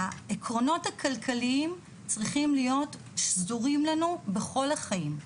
העקרונות הכלכליים צריכים להיות סדורים לנו בכל החיים.